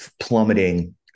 plummeting